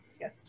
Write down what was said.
Yes